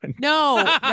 No